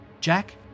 Jack